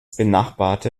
benachbarte